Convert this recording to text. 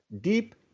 deep